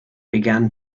began